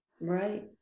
right